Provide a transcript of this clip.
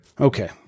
Okay